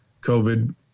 COVID